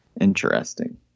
Interesting